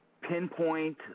pinpoint